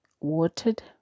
watered